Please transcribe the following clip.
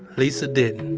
lisa didn't.